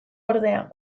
ordea